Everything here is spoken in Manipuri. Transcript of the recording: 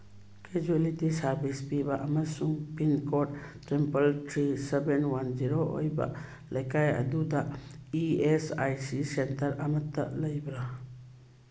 ꯀꯦꯖ꯭ꯋꯦꯂꯤꯇꯤ ꯁꯥꯔꯚꯤꯁ ꯄꯤꯕ ꯑꯃꯁꯨꯡ pin code triple three seven one zero ꯑꯣꯏꯕ ꯂꯩꯀꯥꯏ ꯑꯗꯨꯗ E S I C centre ꯑꯃꯇ ꯂꯩꯕ꯭ꯔꯥ